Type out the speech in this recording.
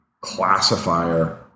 classifier